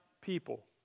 people